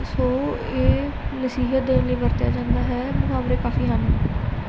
ਸੋ ਇਹ ਨਸੀਹਤ ਦੇਣ ਲਈ ਵਰਤਿਆ ਜਾਂਦਾ ਹੈ ਮੁਹਾਵਰੇ ਕਾਫ਼ੀ ਹਨ